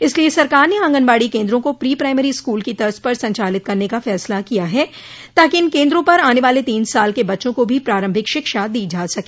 इसलिए सरकार ने आंगनबाड़ी केन्द्रों को प्री प्राइमरी स्कूल की तर्ज पर संचालित करने का फैसला किया है ताकि इन केन्द्रों पर आने वाले तीन साल के बच्चों को भी प्रारम्भिक शिक्षा दी जा सके